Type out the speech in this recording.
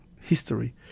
history